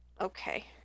Okay